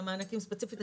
על המענקים ספציפית,